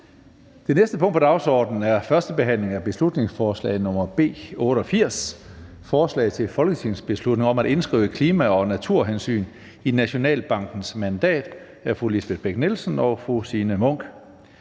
Det næste punkt på dagsordenen er: 6) 1. behandling af beslutningsforslag nr. B 88: Forslag til folketingsbeslutning om at indskrive klima- og naturhensyn i Nationalbankens mandat. Af Lisbeth Bech-Nielsen (SF) og Signe Munk